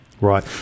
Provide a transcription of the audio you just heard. Right